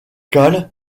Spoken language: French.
cale